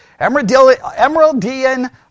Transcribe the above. Emeraldian